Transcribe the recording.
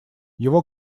его